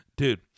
Dude